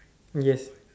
yes